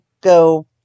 go